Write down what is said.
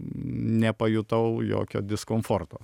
nepajutau jokio diskomforto